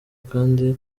kandi